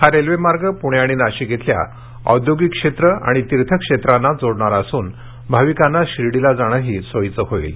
हा रेल्वे मार्ग पूणे आणि नाशिक येथील औद्योगिक क्षेत्र आणि तिर्थक्षेत्रांना जोडणारा अजून भाविकांना शिर्डीला जाणेही सोयीचे होईल